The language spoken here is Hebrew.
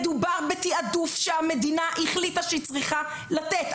מדובר בתעדוף שהמדינה החליטה שהיא צריכה לתת.